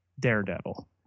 daredevil